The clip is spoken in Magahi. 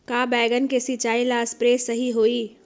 का बैगन के सिचाई ला सप्रे सही होई?